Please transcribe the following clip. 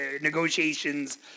negotiations